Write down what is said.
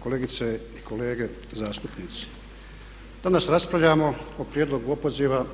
Kolegice i kolege zastupnici, danas raspravljamo o prijedlogu opoziva